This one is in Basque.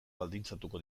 baldintzatuko